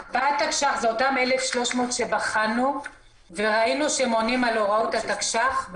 הקפאת תקש"ח אלה אותן 1,300 שבחנו וראינו שהן עונות על הוראות התקש"ח,